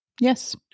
Yes